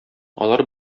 алар